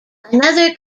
another